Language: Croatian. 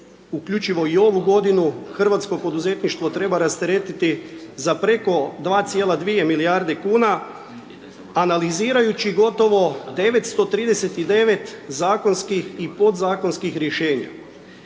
uključivo i ovu godinu, hrvatsko poduzetništvo treba rasteretiti za preko 2,2 milijarde kuna analizirajući gotovo 939 zakonskih i podzakonskih rješenja.